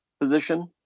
position